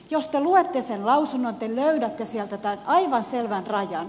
jos te luette sen lausunnon te löydätte sieltä tämän aivan selvän rajan